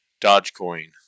DodgeCoin